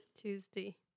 Tuesday